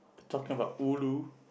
talking about ulu